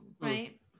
right